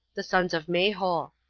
the sons of mahol.